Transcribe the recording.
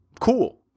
cool